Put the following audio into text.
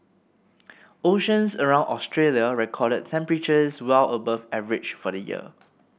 oceans around Australia recorded temperatures well above average for the year